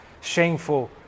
shameful